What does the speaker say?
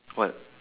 what